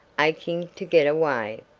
aching to get away.